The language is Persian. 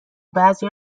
بعضی